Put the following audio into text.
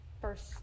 first